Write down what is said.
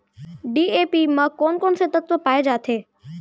DAP म कोन कोन से तत्व पाए जाथे?